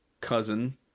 cousin